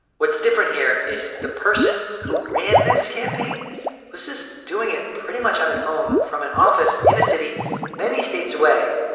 what's different here is the person who ran this campaign was just doing it pretty much on his own, from an office in a city many states away,